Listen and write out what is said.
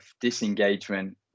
disengagement